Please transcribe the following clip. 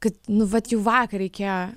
kad nu vat jau vakar reikėjo